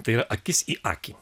tai yra akis į akį